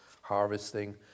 harvesting